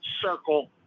circle